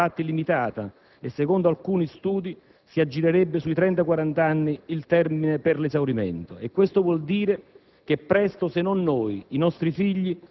La disponibilità di carbone, petrolio e gas è infatti limitata e secondo alcuni studi si aggirerebbe intorno ai 30-40 anni il termine per l'esaurimento. Questo vuol dire